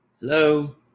Hello